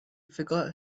forgot